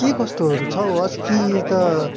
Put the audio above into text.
के कस्तोहरू छ हौ अस्ती त